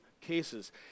cases